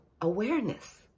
awareness